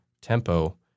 tempo